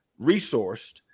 resourced